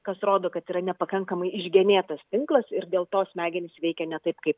kas rodo kad yra nepakankamai išgenėtas tinklas ir dėl to smegenys veikia ne taip kaip